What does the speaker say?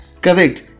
Correct